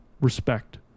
respect